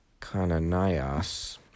Cananias